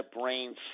brains